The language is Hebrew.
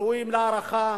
ראויים להערכה,